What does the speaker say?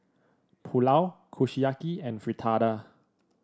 Pulao Kushiyaki and Fritada